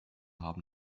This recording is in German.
haben